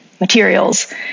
materials